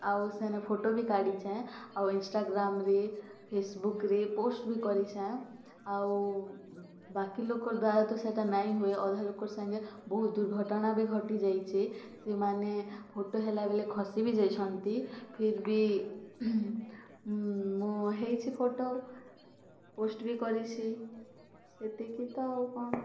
ଆଉ ସେନେ ଫଟୋ ବି କାଢ଼ିଛେଁ ଆଉ ଇନଷ୍ଟାଗ୍ରାମରେ ଫେସବୁକରେ ପୋଷ୍ଟ୍ ବି କରିଛେଁ ଆଉ ବାକି ଲୋକର୍ ଦ୍ବାରା ତ ସେଟା ନାଇଁହୁଏ ଅଧା ଲୋକର୍ ସାଙ୍ଗେ ବହୁତ୍ ଦୁର୍ଘଟଣା ବି ଘଟିଯାଇଛେ ସେମାନେ ଫଟୋ ହେଲାବେଲେ ଖସି ବି ଯାଇଛନ୍ତି ଫିର୍ ବି ମୁଁ ହେଇଛି ଫଟୋ ପୋଷ୍ଟ୍ ବି କରିଛି ସେତିକି ତ ଆଉ କ'ଣ